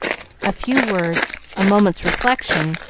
a few words, a moment's reflection,